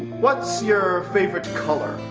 what's your favorite color?